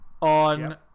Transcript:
on